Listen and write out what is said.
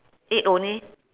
eight only